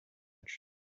edge